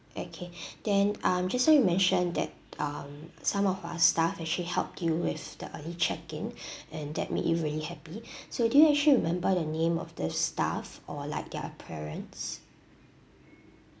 okay then um just now you mentioned that um some of our staff actually help you with the early check in and that made you really happy so do you actually remember the name of the staff or like their appearance